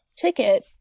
ticket